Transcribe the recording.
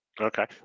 Okay